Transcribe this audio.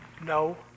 No